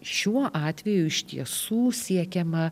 šiuo atveju iš tiesų siekiama